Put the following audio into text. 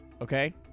Okay